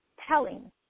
telling